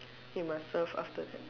you must serve after that